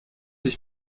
ich